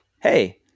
hey